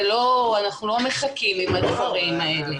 אנחנו לא מחכים עם הדברים האלה.